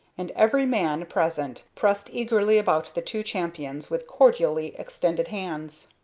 and every man present pressed eagerly about the two champions with cordially extended hands.